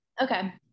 okay